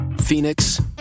Phoenix